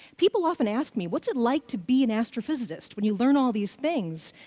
people often ask me, what's it like to be an astrophysicist? when you learn all these things,